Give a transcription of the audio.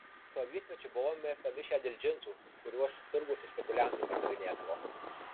sovietmečiu buvome pamišę dėl džinsų kuriuos turguose spekuliantai pardavinėdavo